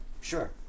Sure